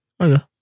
Okay